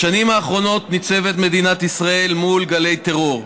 בשנים האחרונות ניצבת מדינת ישראל מול גלי טרור.